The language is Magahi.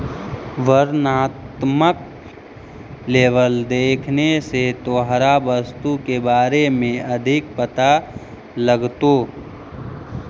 वर्णात्मक लेबल देखने से तोहरा वस्तु के बारे में अधिक पता लगतो